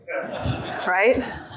right